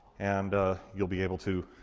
and you'll be able to.